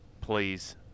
please